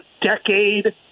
decade